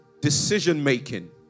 decision-making